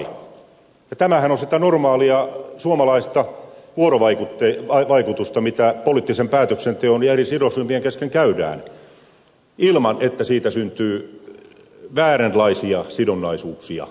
tämähän on sitä normaalia suomalaista vuorovaikutusta mitä poliittisen päätöksenteon ja eri sidosryhmien kesken käydään ilman että siitä syntyy vääränlaisia sidonnaisuuksia